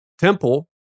Temple